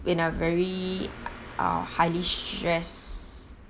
in a very uh highly stress